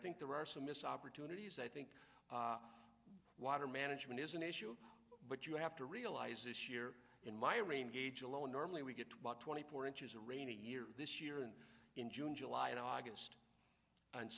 think there are some missed opportunities i think water management is an issue but you have to realize this year in my rain gauge alone normally we get to about twenty four inches of rain a year this year and in june july and august and